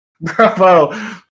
Bravo